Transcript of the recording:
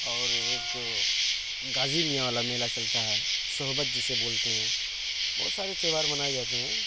اور ایک غازی میاں والا میلہ چلتا ہے صحبت جسے بولتے ہیں بہت سارے تہوار منائے جاتے ہیں